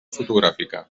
fotogràfica